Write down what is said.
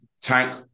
Tank